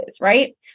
Right